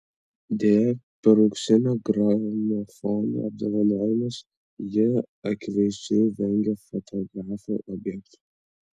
deja per auksinio gramofono apdovanojimus ji akivaizdžiai vengė fotografų objektyvų